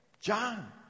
John